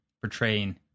portraying